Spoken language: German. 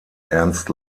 ernst